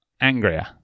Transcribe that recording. angrier